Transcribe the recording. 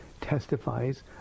testifies